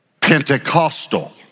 Pentecostal